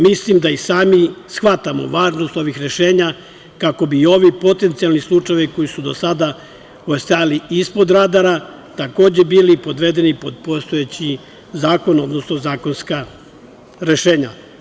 Mislim da i sami shvatamo važnost ovih rešenja kako bi ovi potencijalni slučajevi koji su do sada ostajali ispod radara, takođe bili podvedeni pod postojeći zakon, odnosno zakonska rešenja.